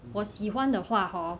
我喜欢的话 hor